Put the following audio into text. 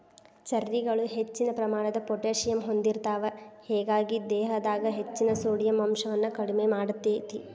ಚೆರ್ರಿಗಳು ಹೆಚ್ಚಿನ ಪ್ರಮಾಣದ ಪೊಟ್ಯಾಸಿಯಮ್ ಹೊಂದಿರ್ತಾವ, ಹೇಗಾಗಿ ದೇಹದಾಗ ಹೆಚ್ಚಿನ ಸೋಡಿಯಂ ಅಂಶವನ್ನ ಕಡಿಮಿ ಮಾಡ್ತೆತಿ